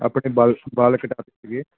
ਆਪਣੇ ਵਾਲ ਵਾਲ ਕਟਵਾ 'ਤੇ ਸੀਗੇ